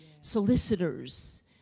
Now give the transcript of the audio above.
solicitors